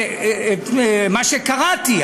מה שקראתי,